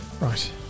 right